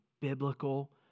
biblical